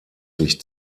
sich